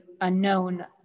unknown